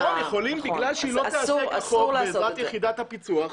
שהיא לא נעשית כחוק בעזרת יחידת הפיצו"ח.